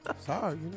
Sorry